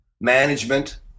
management